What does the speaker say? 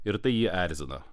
ir tai jį erzina